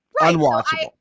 unwatchable